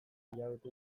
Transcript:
hilabete